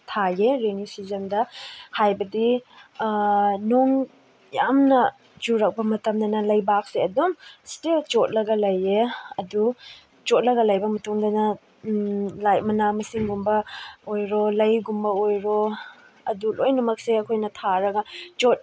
ꯊꯥꯏꯌꯦ ꯔꯦꯟꯅꯤ ꯁꯤꯖꯟꯗ ꯍꯥꯏꯕꯗꯤ ꯅꯣꯡ ꯌꯥꯝꯅ ꯆꯨꯔꯛꯄ ꯃꯇꯝꯗꯅ ꯂꯩꯕꯥꯛꯁꯦ ꯑꯗꯨꯝ ꯏꯁꯇꯤꯜ ꯆꯣꯠꯂꯒ ꯂꯩꯌꯦ ꯑꯗꯨ ꯆꯣꯠꯂꯒ ꯂꯩꯕ ꯃꯇꯨꯡꯗꯅ ꯂꯥꯏꯛ ꯃꯅꯥ ꯃꯁꯤꯡꯒꯨꯝꯕ ꯑꯣꯏꯔꯣ ꯂꯩꯒꯨꯝꯕ ꯑꯣꯏꯔꯣ ꯑꯗꯨ ꯂꯣꯏꯅꯃꯛꯁꯦ ꯑꯩꯈꯣꯏꯅ ꯊꯥꯔꯒ ꯆꯣꯠ